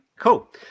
Cool